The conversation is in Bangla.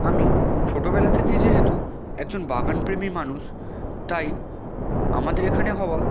আমি ছোটোবেলা থেকেই যেহেতু একজন বাগান প্রেমী মানুষ তাই আমাদের এখানে হওয়া